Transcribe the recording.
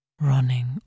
running